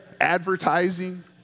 Advertising